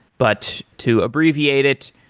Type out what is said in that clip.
but to abbreviate it,